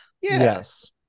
yes